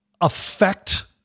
affect